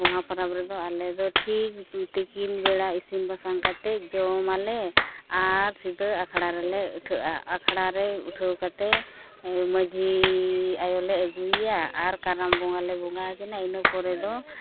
ᱜᱚᱢᱦᱟ ᱯᱚᱨᱚᱵᱽ ᱨᱮᱫᱚ ᱟᱞᱮ ᱫᱚ ᱴᱷᱤᱠ ᱛᱤᱠᱤᱱ ᱵᱮᱲᱟ ᱤᱥᱤᱱ ᱵᱟᱥᱟᱝ ᱠᱟᱛᱮᱫ ᱡᱚᱢ ᱟᱞᱮ ᱟᱨ ᱥᱤᱫᱷᱟᱹ ᱟᱠᱷᱲᱟ ᱨᱮᱞᱮ ᱩᱴᱷᱟᱹᱜᱼᱟ ᱟᱠᱷᱲᱟ ᱨᱮ ᱩᱴᱷᱟᱹᱣ ᱠᱟᱛᱮᱫ ᱢᱟᱺᱡᱷᱤ ᱟᱭᱳ ᱞᱮ ᱟᱹᱜᱩᱭᱮᱭᱟ ᱟᱨ ᱠᱟᱨᱟᱢ ᱵᱚᱸᱜᱟ ᱞᱮ ᱵᱚᱸᱜᱟ ᱟᱹᱠᱤᱱᱟ ᱤᱱᱟᱹ ᱯᱚᱨᱮ ᱫᱚ